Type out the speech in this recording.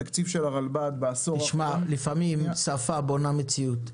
התקציב של הרלב"ג בעשור האחרון --- לפעמים שפה בונה מציאות.